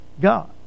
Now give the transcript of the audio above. God